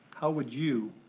how would you,